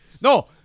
No